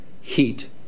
heat